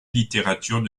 littérature